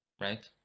Right